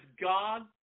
God